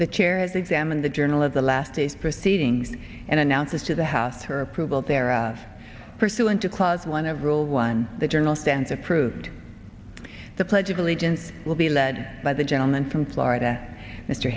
the chair is examined the journal of the last days proceeding and announces to the hath her approval there pursuant to clause one of rule one the journal stands approved the pledge of allegiance will be led by the gentleman from florida mr